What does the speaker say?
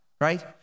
Right